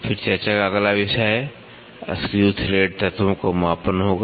फिर चर्चा का अगला विषय स्क्रू थ्रेड तत्वों का मापन होगा